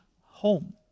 home